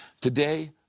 Today